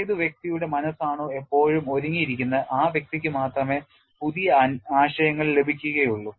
ഏതു വ്യക്തിയുടെ മനസ്സാണോ എപ്പോഴും ഒരുങ്ങിയിരിക്കുന്നത് ആ വ്യക്തിക്ക് മാത്രമേ പുതിയ ആശയങ്ങൾ ലഭിക്കുകയുള്ളു